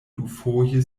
dufoje